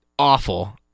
Awful